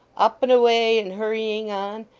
up and away, and hurrying on.